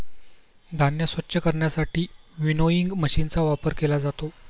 धान्य स्वच्छ करण्यासाठी विनोइंग मशीनचा वापर केला जातो